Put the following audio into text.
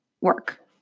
work